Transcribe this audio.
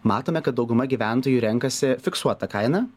matome kad dauguma gyventojų renkasi fiksuotą kainą